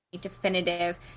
definitive